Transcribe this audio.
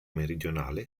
meridionale